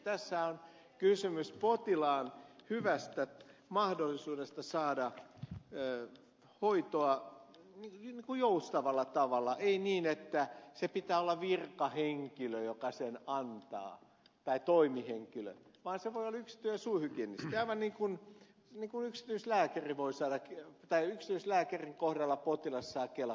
tässä on kysymys potilaan hyvästä mahdollisuudesta saada hoitoa joustavalla tavalla ei niin että sen pitää olla virkahenkilö joka sen antaa tai toimihenkilö vaan se voi olla yksityinen suuhygienisti aivan niin kuin yksityislääkärin kohdalla potilas saa kelakorvauksen